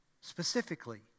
specifically